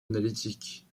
analytique